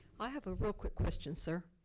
i have a real quick question sir.